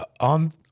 on